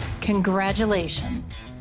Congratulations